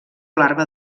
larva